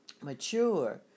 mature